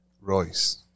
Royce